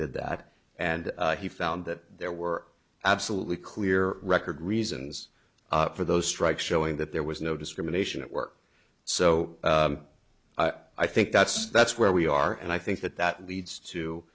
did that and he found that there were absolutely clear record reasons for those strikes showing that there was no discrimination at work so i think that's that's where we are and i think that that leads to